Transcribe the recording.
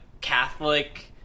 Catholic